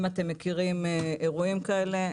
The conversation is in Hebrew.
אם אתם מכירים אירועים כאלה,